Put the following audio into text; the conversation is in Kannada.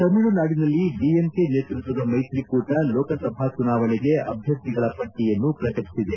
ತಮಿಳುನಾಡಿನಲ್ಲಿ ಡಿಎಂಕೆ ನೇತೃತ್ವದ ಮೈತ್ರಿಕೂಟ ಲೋಕಸಭಾ ಚುನಾವಣೆಗೆ ಅಭ್ವರ್ಥಿಗಳ ಪಟ್ಟಿಯನ್ನು ಪ್ರಕಟಿಸಿದೆ